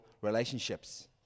relationships